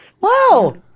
Wow